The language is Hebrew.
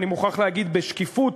אני מוכרח להגיד בשקיפות,